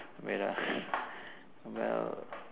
wait ah well